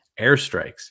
airstrikes